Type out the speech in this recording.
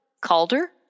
Calder